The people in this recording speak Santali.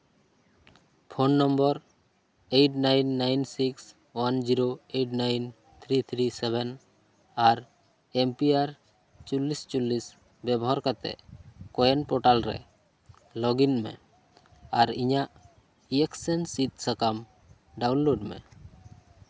phone number eight nine nine six one zero eight nine three three seven ᱟᱨ ᱮᱢ ᱯᱤ ᱟᱨ ᱪᱚᱞᱞᱤᱥ ᱪᱚᱞᱞᱤᱥ ᱵᱮᱵᱚᱦᱟᱨ ᱠᱟᱛᱮᱫ ᱠᱚᱭᱮᱱ ᱯᱨᱚᱴᱟᱞ ᱨᱮ ᱞᱚᱜ ᱤᱱ ᱢᱮ ᱟᱨ ᱤᱧᱟᱹᱜ ᱤᱭᱮᱠᱥᱮᱱ ᱥᱤᱫᱽ ᱥᱟᱠᱟᱢ ᱰᱟᱣᱩᱱᱞᱳᱰ ᱢᱮ